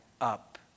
up